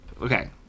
Okay